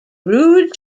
rude